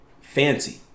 fancy